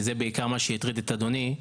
שזה בעיקר מה שהטריד את אדוני.